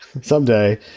Someday